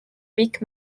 pikk